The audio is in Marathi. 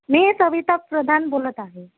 मी सविता प्रधान बोलत आहे